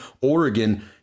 oregon